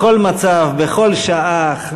בכל מצב, בכל שעה.